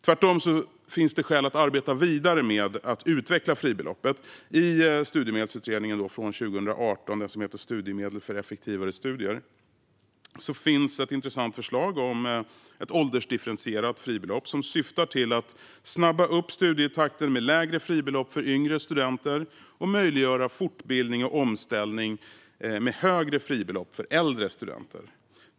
Tvärtom finns det skäl att arbeta vidare med att utveckla fribeloppet. I studiemedelsutredningen från 2018 - Studiemedel för effektiva studier - finns ett intressant förslag om ett åldersdifferentierat fribelopp, som syftar till att snabba upp studietakten med lägre fribelopp för yngre studenter och möjliggöra fortbildning och omställning med högre fribelopp för äldre studenter.